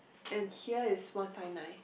and here is one five nine